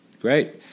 Great